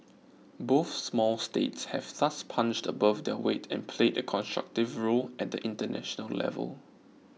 both small states have thus punched above their weight and played a constructive role at the international level